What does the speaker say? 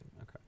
okay